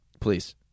Please